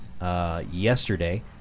Yesterday